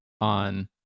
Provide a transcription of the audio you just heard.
on